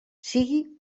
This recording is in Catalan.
sigui